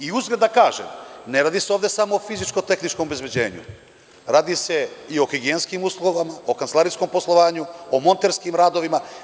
I, uzgred da kažem, ne radi se ovde samo o fizičko-tehničkom obezbeđenju, radi se i o higijenskim uslovima, o kancelarijskom poslovanju, o monterskim radovima.